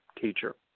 teacher